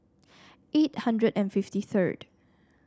eight hundred and fifty third